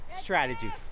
strategy